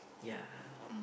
ya